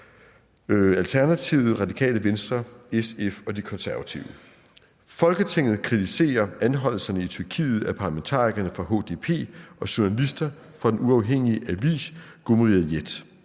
Alternativet, Radikale Venstre, SF og De Konservative: Forslag til vedtagelse »Folketinget kritiserer anholdelserne i Tyrkiet af parlamentarikere fra HDP og journalister fra den uafhængige avis Cumhuriyet